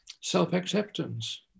self-acceptance